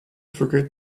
forget